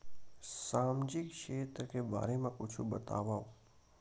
सामजिक क्षेत्र के बारे मा कुछु बतावव?